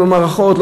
לא במערכות,